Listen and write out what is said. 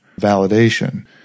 validation